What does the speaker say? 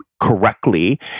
correctly